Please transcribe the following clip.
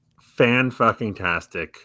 fan-fucking-tastic